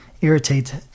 irritate